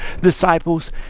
disciples